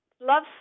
Love